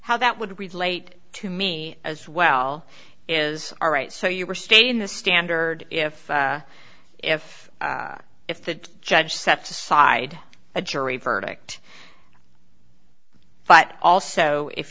how that would relate to me as well is all right so you were stating the standard if if if the judge sets aside a jury verdict but also if